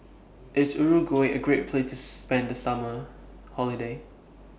IS Uruguay A Great Place to spend The Summer Holiday